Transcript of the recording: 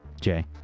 Jay